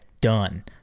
done